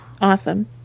Awesome